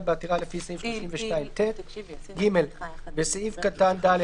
בעתירה לפי סעיף 32ט."; (ג)בסעיף קטן (ד),